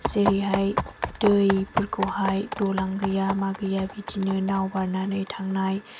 जेरैहाय दैफोरखौहाय दालां गैया मा गैया बिदिनो नाव बारनानै थांनाय